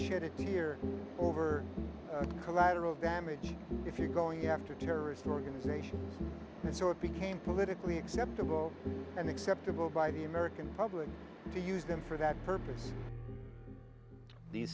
here over collateral damage if you're going after terrorist organizations and so it became politically acceptable and acceptable by the american public to use them for that purpose these